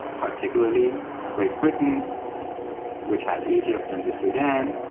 particularly great britain which has egypt and the sudan,